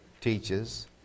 teaches